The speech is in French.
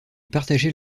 partageait